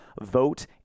vote